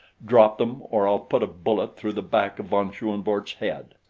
drop them or i'll put a bullet through the back of von schoenvorts' head.